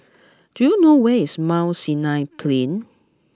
do you know where is Mount Sinai Plain